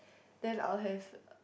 then I will have